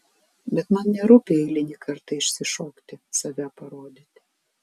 bet man nerūpi eilinį kartą išsišokti save parodyti